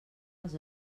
els